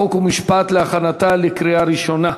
חוק ומשפט להכנתה לקריאה ראשונה.